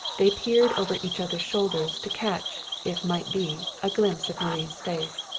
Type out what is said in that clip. they peered over each other's shoulders, to catch, if might be, a glimpse of marie's face.